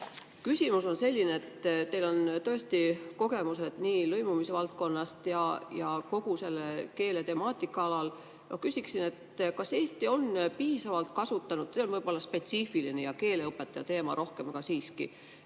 Küsimus on selline. Teil on tõesti kogemused nii lõimumise valdkonnas kui ka kogu selle keeletemaatika alal. Ma küsiksin, kas Eesti on piisavalt kasutanud – see on rohkem küll spetsiifiline keeleõpetaja teema, aga küsin siiski